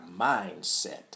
mindset